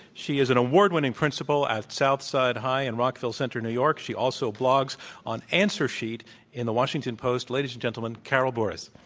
she is an award winning principal at south side high in rockville centre, new york. she also blogs on answer sheet in the washington post. ladies and gentlemen, carol burris.